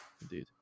indeed